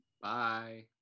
Bye